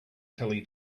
telly